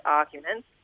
arguments